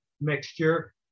mixture